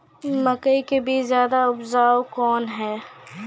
मकई के बीज ज्यादा उपजाऊ कौन है?